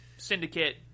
Syndicate